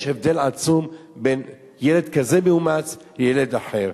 יש הבדל עצום בין ילד כזה מאומץ לילד אחר.